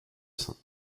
saints